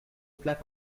plat